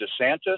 DeSantis